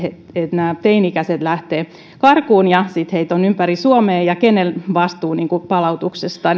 nämä teini ikäiset lähtevät karkuun ja sitten heitä on ympäri suomea ja kenellä on vastuu palautuksesta